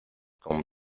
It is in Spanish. con